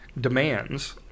demands